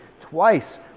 Twice